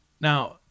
Now